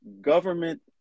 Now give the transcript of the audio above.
government